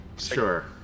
sure